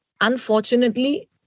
unfortunately